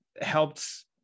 helped